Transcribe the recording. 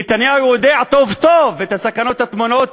נתניהו יודע טוב טוב את הסכנות הטמונות